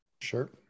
Sure